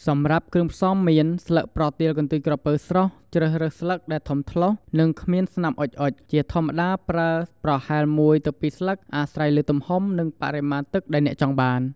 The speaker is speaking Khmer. សម្រាប់គ្រឿងផ្សំមាន ស្លឹកប្រទាលកន្ទុយក្រពើស្រស់ ជ្រើសរើសស្លឹកដែលធំថ្លោស និងគ្មានស្នាមអុចៗ ជាធម្មតា ប្រើប្រហែល ១-២ ស្លឹក អាស្រ័យលើទំហំ និងបរិមាណទឹកដែលអ្នកចង់បាន។